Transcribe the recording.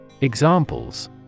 Examples